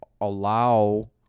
allow